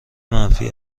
منفی